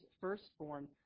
firstborn